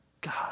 God